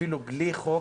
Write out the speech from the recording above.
אפילו בחוק,